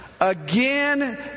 Again